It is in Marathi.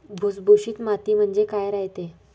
भुसभुशीत माती म्हणजे काय रायते?